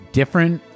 different